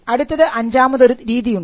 അടുത്തത് അഞ്ചാമതൊരു രീതിയുണ്ട്